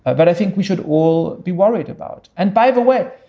ah but i think we should all be worried about. and by the way,